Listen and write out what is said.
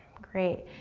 great,